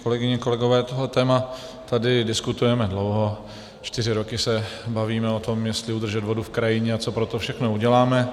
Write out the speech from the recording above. Kolegyně, kolegové, tohle téma tady diskutujeme dlouho, čtyři roky se bavíme o tom, jestli udržet vodu v krajině a co pro to všechno uděláme.